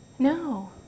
No